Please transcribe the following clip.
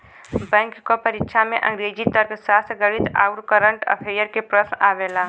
bank क परीक्षा में अंग्रेजी, तर्कशास्त्र, गणित आउर कंरट अफेयर्स के प्रश्न आवला